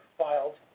filed